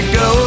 go